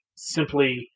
Simply